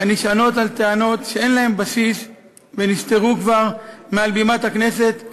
הנשענות על טענות שאין להן בסיס ונסתרו כבר מעל בימת הכנסת,